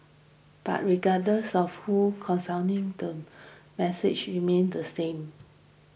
but regardless of who counselling the message remains the same